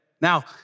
Now